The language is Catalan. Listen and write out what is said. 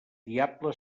diable